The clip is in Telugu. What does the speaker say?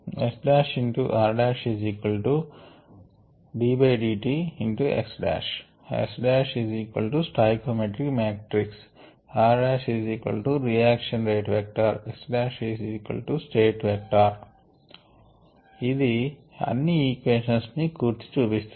rddtx S stoichiometric matrix r reaction rate vector x state vector ఇది అన్ని ఈక్వేషన్స్ ని కూర్చి చూపిస్తుంది